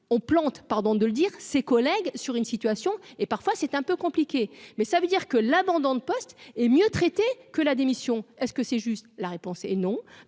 on plante, pardon de le dire, ses collègues sur une situation et parfois c'est un peu compliqué, mais ça veut dire que l'abandon de poste est mieux traité que la démission est-ce que c'est juste la réponse est non,